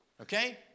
okay